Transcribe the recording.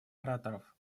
ораторов